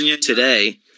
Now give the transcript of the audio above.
Today